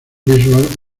visual